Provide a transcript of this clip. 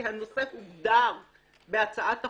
כי הנושא הוגדר בהצעת החוק,